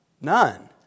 none